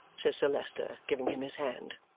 says sir leicester, giving him his hand.